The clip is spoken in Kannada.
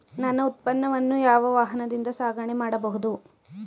ನನ್ನ ಉತ್ಪನ್ನವನ್ನು ಯಾವ ವಾಹನದಿಂದ ಸಾಗಣೆ ಮಾಡಬಹುದು?